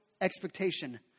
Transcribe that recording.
expectation